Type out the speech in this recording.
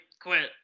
quit